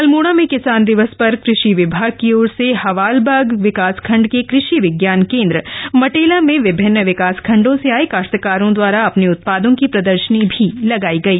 अल्मोड़ा में किसान दिवस पर कृषि विभाग की ओर से हवालबाग विकासखण्ड के कृषि विज्ञान केंद्र मटेला में विभिन्न विकास खंडों से आये काश्तकारों द्वारा अपने उत्पादों की प्रदर्शनी भी लगाई गई